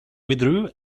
withdrew